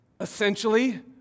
essentially